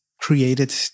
created